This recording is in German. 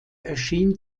erschien